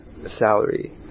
salary